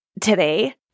Today